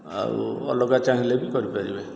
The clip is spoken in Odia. ଆଉ ଅଲଗା ଚାହିଁଲେବି କରିପାରିବେ